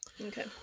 Okay